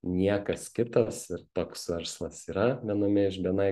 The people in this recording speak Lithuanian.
niekas kitas ir toks verslas yra viename iš bni